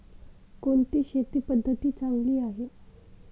कोणती शेती पद्धती चांगली आहे?